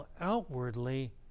outwardly